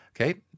okay